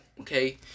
okay